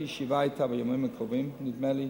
יש לי ישיבה אתה בימים הקרובים, נדמה לי,